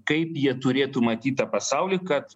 kaip jie turėtų matyt tą pasaulį kad